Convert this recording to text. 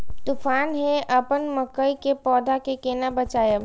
तुफान है अपन मकई के पौधा के केना बचायब?